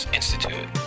Institute